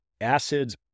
acids